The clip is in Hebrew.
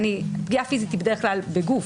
פגיעה פיזית היא בדרך כלל בגוף.